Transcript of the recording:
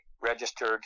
registered